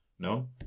No